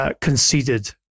conceded